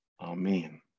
Amen